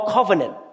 Covenant